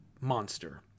monster